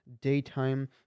daytime